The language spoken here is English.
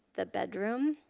the bedroom,